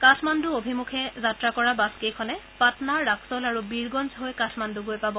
কাঠমাণ্ডু অভিমুখে যাত্ৰা কৰা বাছ কেইখনে পাটনা ৰাক্সল আৰু বীৰগঞ্জ হৈ কাঠমাণ্ড গৈ পাব